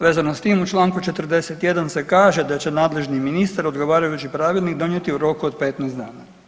Vezano s tim u čl. 41. se kaže da će nadležni ministar odgovarajući pravilnik donijeti u roku od 15 dana.